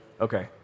Okay